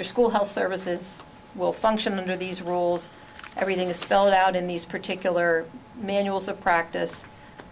your school health services will function under these rules everything is spelled out in these particular manuals a practice